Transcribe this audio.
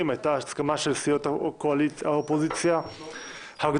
הייתה הסכמה של סיעות האופוזיציה הגדולות,